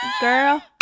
Girl